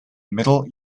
middle